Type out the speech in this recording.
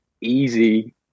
easy